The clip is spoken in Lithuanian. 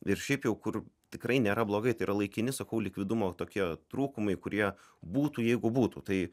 ir šiaip jau kur tikrai nėra blogai tai yra laikini sakau likvidumo tokie trūkumai kurie būtų jeigu būtų tai